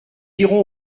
irons